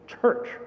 church